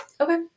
Okay